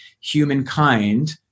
humankind